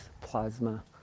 plasma